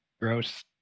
gross